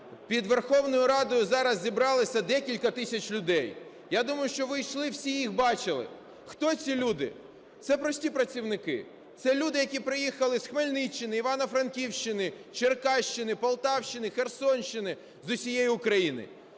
під Верховною Радою зараз зібралося декілька тисяч людей. Я думаю, що ви йшли, всі їх бачили. Хто ці люди? Це прості працівники, це люди, які приїхали з Хмельниччини, Івано-Франківщини, Черкащини, Полтавщини, Херсонщини – з усієї України.